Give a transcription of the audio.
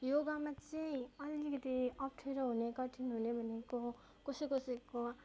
योगामा चाहिँ अलिकति अप्ठ्यारो हुने कठिन हुने भनेको कसै कसैको